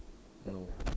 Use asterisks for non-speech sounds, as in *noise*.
no *noise*